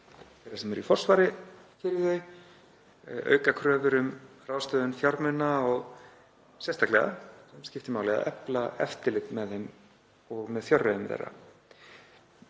þeirra sem eru í forsvari fyrir þau, auka kröfur um ráðstöfun fjármuna og sérstaklega skiptir máli að efla eftirlit með þeim og með fjárreiðum þeirra.